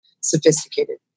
sophisticated